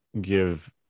give